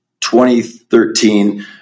2013